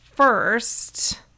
First